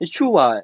it's true [what]